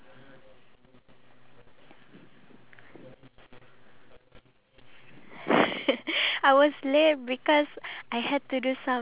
do you think honey is like a very beneficial thing for us human beings because usually when I'm sick or not feeling well my parents will always ask me